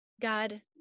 God